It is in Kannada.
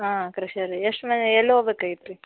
ಹಾಂ ಕ್ರಶರಿ ಎಷ್ಟು ಮಂದಿ ಎಲ್ಲಿ ಹೊಗ್ಬೇಕಾಗಿತ್ತು ರೀ